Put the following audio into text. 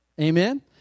Amen